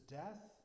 death